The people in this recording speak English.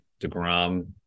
DeGrom